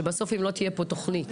שבסוף אם לא תהיה פה תוכנית,